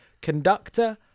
Conductor